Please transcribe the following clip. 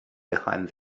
behind